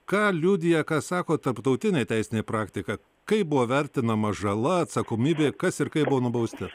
ką liudija ką sako tarptautinė teisinė praktika kaip buvo vertinama žala atsakomybė kas ir kaip buvo nubausti